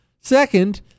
Second